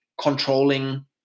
controlling